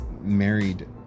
Married